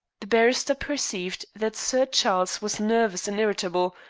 the barrister perceived that sir charles was nervous and irritable,